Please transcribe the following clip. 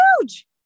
huge